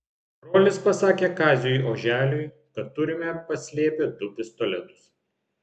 brolis pasakė kaziui oželiui kad turime paslėpę du pistoletus